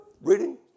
reading